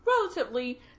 relatively